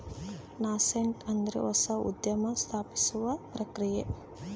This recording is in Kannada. ನಾಸೆಂಟ್ ಅಂದ್ರೆ ಹೊಸ ಉದ್ಯಮ ಸ್ಥಾಪಿಸುವ ಪ್ರಕ್ರಿಯೆ